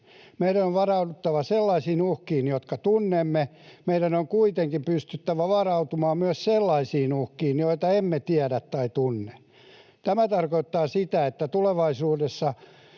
Meidän on varauduttava sellaisiin uhkiin, jotka tunnemme. Meidän on kuitenkin pystyttävä varautumaan myös sellaisiin uhkiin, joita emme tiedä tai tunne. Tämä tarkoittaa sitä, että tulevaisuudessa